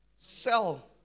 Sell